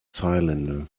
cylinder